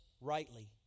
rightly